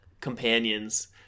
companions